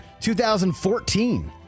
2014